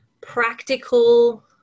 practical